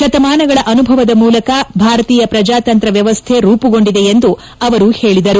ಶತಮಾನಗಳ ಅನುಭವದ ಮೂಲಕ ಭಾರತೀಯ ಪ್ರಜಾತಂತ್ರ ವ್ಲವಸ್ಥೆ ರೂಪುಗೊಂಡಿದೆ ಎಂದು ಅವರು ಹೇಳಿದರು